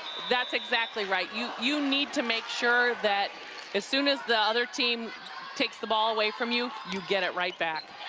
that's exactly right. you you need to make sure that as soon as the other team takes the ball away from you, you get it right back.